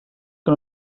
que